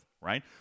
right